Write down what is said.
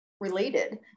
related